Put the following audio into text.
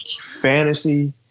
fantasy